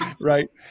Right